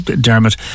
Dermot